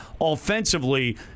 Offensively